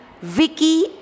Vicky